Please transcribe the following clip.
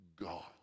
God